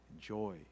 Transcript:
joy